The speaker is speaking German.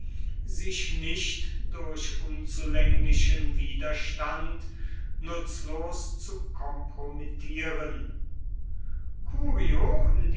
sich nicht durch unzulänglichen widerstand nutzlos zu kompromittieren